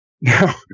Now